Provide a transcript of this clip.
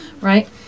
Right